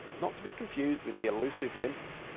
not to be confused with the elusive wimps,